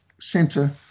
Center